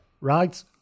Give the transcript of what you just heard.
right